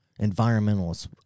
environmentalists